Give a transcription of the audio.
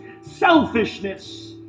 Selfishness